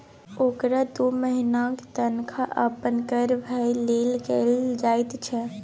ओकरा दू महिनाक तनखा अपन कर भरय मे लागि जाइत छै